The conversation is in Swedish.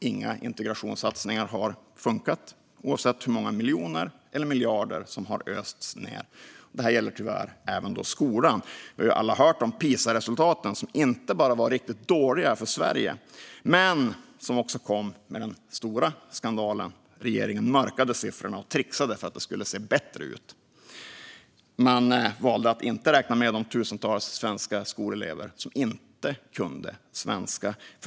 Inga integrationssatsningar har funkat oavsett hur många miljoner eller miljarder som östs ned. Det här gäller tyvärr även skolan. Vi har alla hört om Pisaresultaten, som inte bara var riktigt dåliga för Sverige utan också kom med en stor skandal: Regeringen mörkade siffrorna och trixade för att det skulle se bättre ut. Man valde att inte räkna med de tusentals svenska skolelever som inte kan svenska.